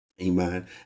Amen